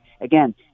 again